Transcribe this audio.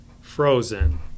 frozen